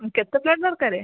ଉଁ କେତେ ପ୍ଲେଟ୍ ଦରକାରେ